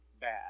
bad